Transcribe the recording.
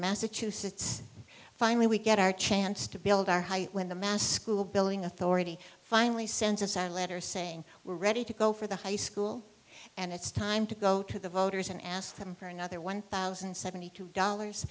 massachusetts finally we get our chance to build our height when the mass school building authority finally sends us our letter saying we're ready to go for the high school and it's time to go to the voters and ask them for another one thousand and seventy two dollars